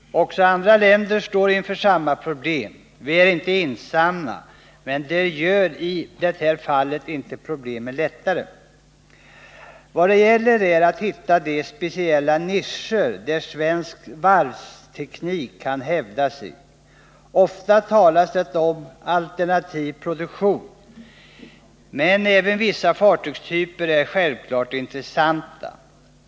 Också andra länder står inför samma problem — vi är Nr 164 alltså inte ensamma. Men det gör i det här fallet inte problemen mindre. Vad det gäller är att hitta de speciella nischer, där svensk varvsteknik kan hävda sig. Ofta talas det om alternativ produktion, men självfallet är även vissa fartygstyper intressanta.